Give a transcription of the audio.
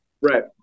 Right